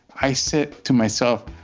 i said to myself,